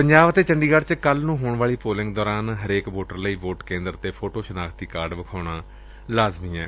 ਪੰਜਾਬ ਅਤੇ ਚੰਡੀਗੜ੍ ਵਿੱਚ ਕੱਲ੍ ਨੂੰ ਹੋਣ ਵਾਲੀ ਪੋਲਿੰਗ ਦੌਰਾਨ ਹਰੇਕ ਵੋਟਰ ਲਈ ਵੋਟ ਕੇਂਦਰ ਤੇ ਫੋਟੋ ਸ਼ਨਾਖਤੀ ਕਾਰਡ ਵਿਖਾਉਣਾ ਜਰੁਰੀ ਏ